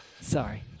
Sorry